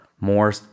more